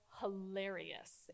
hilarious